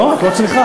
לא, את לא צריכה.